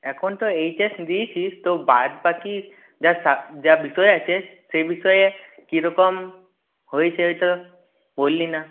এখন তো H S দিয়েছিস তো বাদ বাকি যা সাব যা বিষয় আছে সেই বিষয়ে কী রকম হয়েছে তো বললি না